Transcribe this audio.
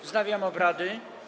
Wznawiam obrady.